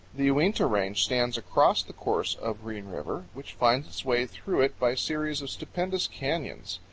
the uinta range stands across the course of green river, which finds its way through it by series of stupendous canyons.